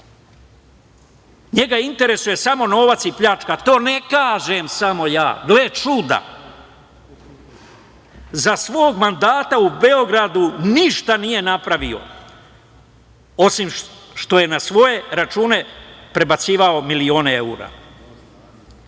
njega interesuje samo novac i pljačka. To ne kažem samo ja. Gle čuda, za svog mandata u Beogradu ništa nije napravio, osim što je na svoje račune prebacivao milione